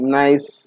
nice